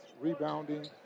rebounding